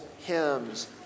Hymns